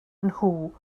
nhw